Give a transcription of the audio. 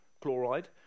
chloride